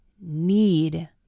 need